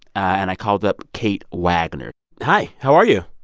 and i called up kate wagner hi, how are you?